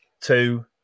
Two